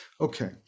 Okay